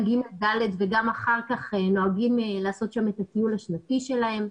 ג'-ד' וגם אחר כך נוהגים לעשות שם את הטיול השנתי שלהם.